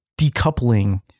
decoupling